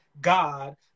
God